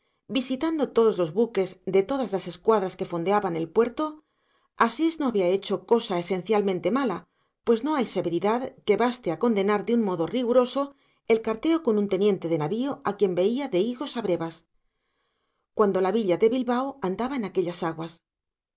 visitando todos los buques de todas las escuadras que fondeaban en el puerto asís no había hecho cosa esencialmente mala pues no hay severidad que baste a condenar de un modo rigoroso el carteo con un teniente de navío a quien veía de higos a brevas cuando la villa de bilbao andaba en aquellas aguas